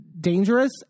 dangerous